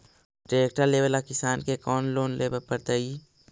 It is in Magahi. ट्रेक्टर लेवेला किसान के कौन लोन लेवे पड़तई?